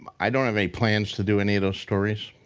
i don't have any plans to do any of those stories,